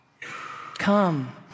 Come